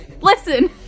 Listen